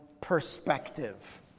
perspective